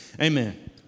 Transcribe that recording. amen